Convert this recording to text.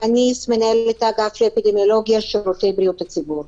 מנהלת אגף האפידמיולוגיה של רופאי בריאות הציבור.